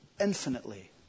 infinitely